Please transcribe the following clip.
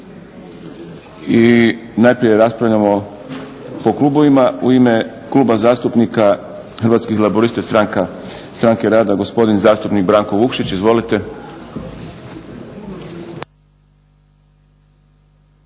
Najprije raspravljamo po klubovima. U ime Kluba zastupnika Hrvatskih laburista-Stranke rada gospodin zastupnik Branko Vukšić. Izvolite.